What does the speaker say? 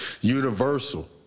Universal